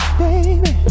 baby